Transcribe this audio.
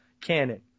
canon